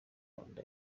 rwanda